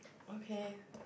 okay